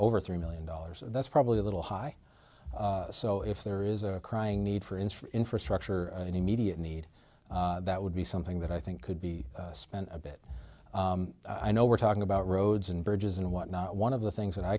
over three million dollars that's probably a little high so if there is a crying need for instance infrastructure or an immediate need that would be something that i think could be spent a bit i know we're talking about roads and bridges and whatnot one of the things that i